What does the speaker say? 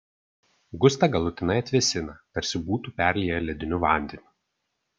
gustą galutinai atvėsina tarsi būtų perlieję lediniu vandeniu